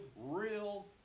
real